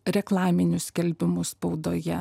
reklaminius skelbimus spaudoje